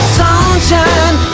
sunshine